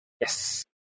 Yes